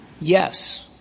Yes